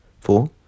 four